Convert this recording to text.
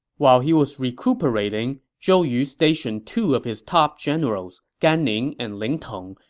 while he was recovering, zhou yu stationed two of his top generals, gan ning and ling tong,